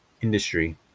industry